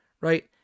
right